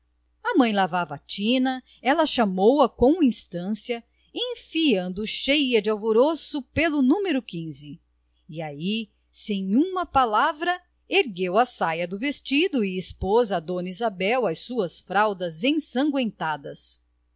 a mãe lavava à tina ela chamou-a com instância enfiando cheia de alvoroço pelo numero quinze e ai sem uma palavra ergueu as saias do vestido e expôs a dona isabel as suas fraldas ensangüentadas